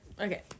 Okay